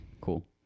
cool